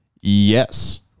yes